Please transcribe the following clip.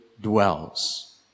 dwells